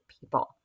people